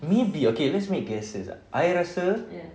maybe okay let's make guesses I rasa